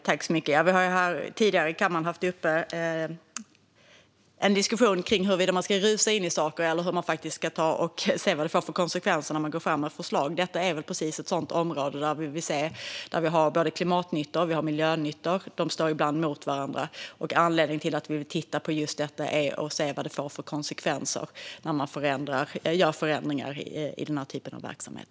Fru talman! Vi har tidigare i kammaren haft en diskussion om huruvida man ska rusa in i saker eller faktiskt se vad det får för konsekvenser när man går fram med ett förslag. Detta är väl precis ett sådant område där vi har både klimatnytta och miljönyttor. De står ibland mot varandra. Anledningen till att vi vill titta på just detta är att se vad det får för konsekvenser när man gör förändringar i denna typ av verksamhet.